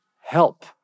help